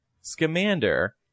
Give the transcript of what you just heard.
Scamander